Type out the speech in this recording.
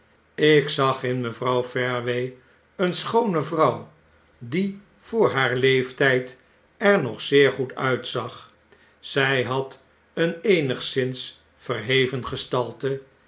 ik zag in mevrouw fareway een schoone vrouw die voor haar leeftyd er nog zeer goed uitzag zy had een eenigszins verheven gestalte